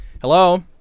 Hello